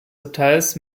hotels